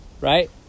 right